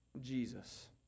Jesus